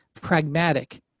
pragmatic